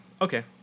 okay